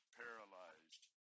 paralyzed